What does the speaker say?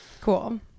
cool